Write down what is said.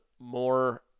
more